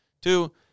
Two